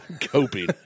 Coping